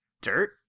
dirt